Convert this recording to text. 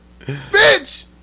Bitch